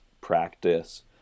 practice